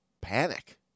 panic